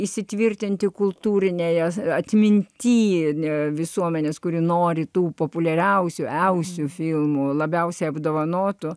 įsitvirtinti kultūrinėje atmintyje ne visuomenės kuri nori tų populiariausių iausių filmų labiausiai apdovanotų